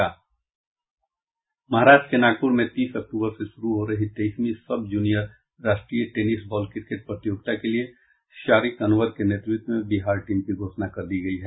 महाराष्ट्र के नागपुर में तीस अक्टूबर से शुरू हो रही तेईसवीं सब जूनियर राष्ट्रीय टेनिस बॉल क्रिकेट प्रतियोगिता के लिए शारिक अनवर के नेतृत्व में बिहार टीम की घोषणा कर दी गयी है